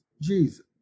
Jesus